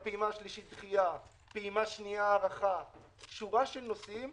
אני מציע שתהיה פשרה של שלושה חודשים.